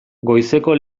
goizeko